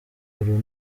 uru